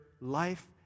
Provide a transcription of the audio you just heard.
life